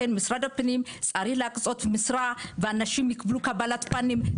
לכן משרד הפנים צריך להקצות משרד ואנשים יקבלו קבלת פנים,